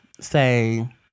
say